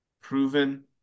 proven –